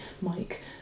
Mike